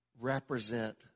represent